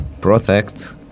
protect